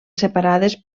separades